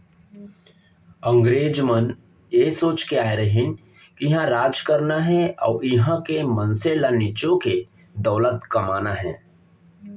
अंगरेज मन ए सोच के आय रहिन के इहॉं राज करना हे अउ इहॉं के मनसे ल निचो के दौलत कमाना हे